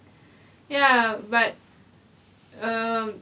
ya but um